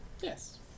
yes